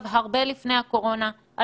הרבה לפני הקורונה,